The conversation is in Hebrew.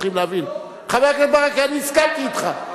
חבר הכנסת ברכה, אני הסכמתי אתך.